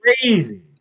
Crazy